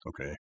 Okay